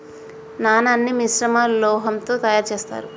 నాణాన్ని మిశ్రమ లోహంతో తయారు చేత్తారు